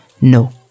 No